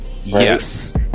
Yes